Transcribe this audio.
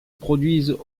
produisent